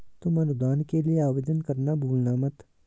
तुम अनुदान के लिए आवेदन करना भूलना मत